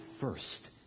first